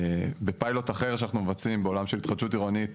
בפיילוט אחר שאנחנו מבצעים בעולם של התחדשות עירונית